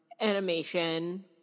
animation